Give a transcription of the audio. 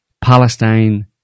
Palestine